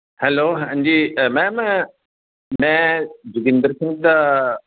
hello ਹਾਂਜੀ uh ma'am ਮੈਂ ਜੋਗਿੰਦਰ ਸਿੰਘ ਦਾ